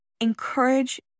encourage